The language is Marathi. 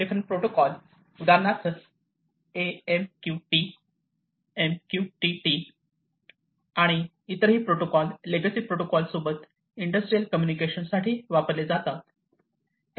डिफरंट प्रोटोकॉल उदाहरणार्थ AMQP MQTT आणि इतरही कॉल प्रोटोकॉल लेगसी प्रोटोकॉल सोबत इंडस्ट्रियल कम्युनिकेशन साठी वापरले जातात